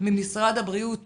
ממשרד הבריאות